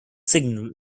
signal